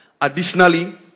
additionally